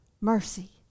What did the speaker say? mercy